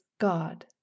God